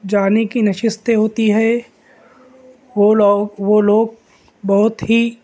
جانے کی نشستیں ہوتی ہے وہ لوگ وہ لوگ بہت ہی